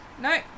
No